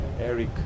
Eric